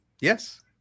Yes